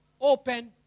open